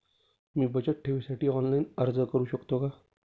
मी बचत ठेवीसाठी ऑनलाइन अर्ज करू शकतो का?